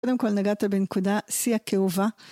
קודם כל נגעתם בנקודה סי הכאובה.